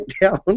down